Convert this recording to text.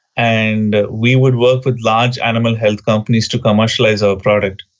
and we would work with large animal health companies to commercialise our product,